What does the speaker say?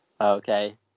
Okay